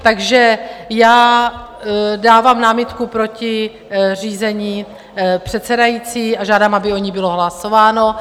Takže já dávám námitku proti řízení předsedající a žádám, aby o ní bylo hlasováno.